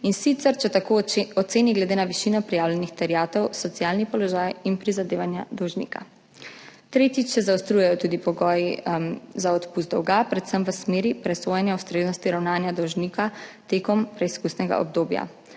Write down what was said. in sicer če tako oceni glede na višino prijavljenih terjatev, socialni položaj in prizadevanja dolžnika. Tretjič, zaostrujejo se tudi pogoji za odpust dolga, predvsem v smeri presojanja ustreznosti ravnanja dolžnika v preizkusnem obdobju,